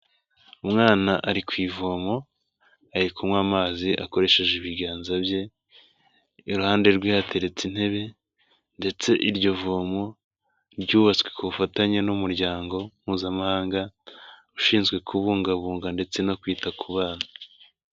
Umwana ari ku ivomo, ari kunywa amazi akoresheje ibiganza bye, iruhande rwe hateretse intebe ndetse iryo vomo ryubatswe ku bufatanye n'umuryango Mpuzamahanga ushinzwe kubungabunga ndetse no kwita ku bana.